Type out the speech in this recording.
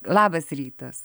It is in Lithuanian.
labas rytas